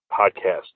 Podcast